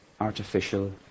artificial